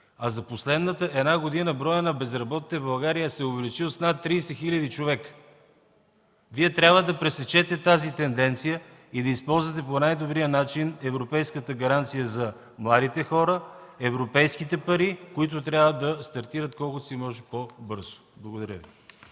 а за последната една година броят на безработните в България се е увеличил с над 30 хиляди човека. Вие трябва да пресечете тази тенденция и да използвате по най-добрия начин европейската гаранция за младите хора, европейските пари, които трябва да стартират колкото се може по-бързо. Благодаря.